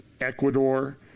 Ecuador